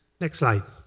next slide.